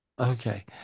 Okay